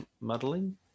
muddling